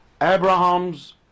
Abraham's